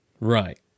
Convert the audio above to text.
Right